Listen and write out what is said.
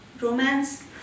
romance